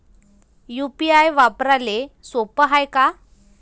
UPI वापराले सोप हाय का?